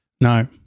No